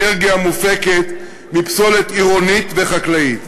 אנרגיה המופקת מפסולת עירונית וחקלאית.